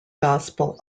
gospel